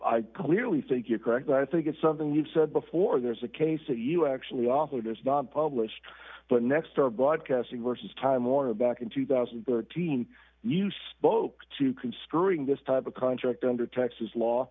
i clearly think you're correct but i think it's something you've said before there's a case that you actually offered is not published but next are broadcasting vs time warner back in two thousand and thirteen you spoke to construing this type of contract under texas law